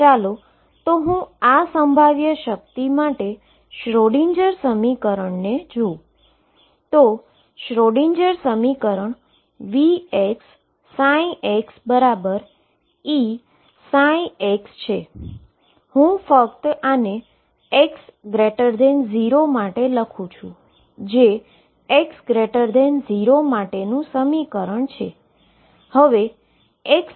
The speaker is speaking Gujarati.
ચાલો હું આવી પોટેંશિઅલ માટે શ્રોડિંજર સમીકરણને જોઉં તો શ્રોડિંજર સમીકરણ VxxEψ છે હું ફક્ત આને x0 માટે લખું છુંજે x0 માટેનું સમીકરણ છે